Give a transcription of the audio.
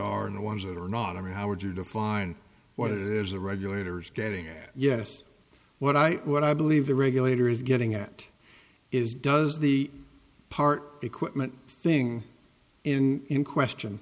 are and the ones that are not i mean how would you define what it is the regulators getting at yes what i what i believe the regulator is getting at is does the part equipment thing in in question